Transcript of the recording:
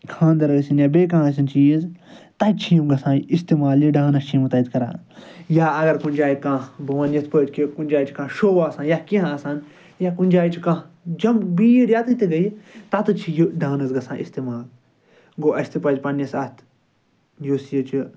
خاندَر ٲسِن یا بیٚیہِ کانٛہہ ٲسِن چیٖز تتہِ چھِ یِم گَژھان اِستعمال یہِ ڈانَس چھِ یِم تتہِ کَران یا اگر کُنہ جایہِ کانٛہہ بہٕ وَنہٕ یِتھ پٲٹھۍ کہِ کُنہ جایہِ چھُ کانٛہہ شوٚو آسان یا کیٚنٛہہ آسان یا کُنہ جایہِ چھُ کانٛہہ جم بھیٖڑ ییٚتیٚتھ تہِ گٔے تَتیٚتھ چھُ یہِ ڈانَس گَژھان اِستعمال گوٚو اسہِ تہِ پَزِ پَننِس اَتھ یُس یہِ چھُ